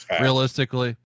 realistically